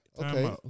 Okay